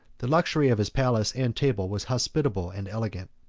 the luxury of his palace and table was hospitable and elegant.